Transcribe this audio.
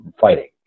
fighting